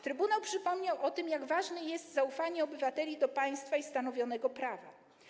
Trybunał przypomniał o tym, jak ważne jest zaufanie obywateli do państwa i stanowionego prawa.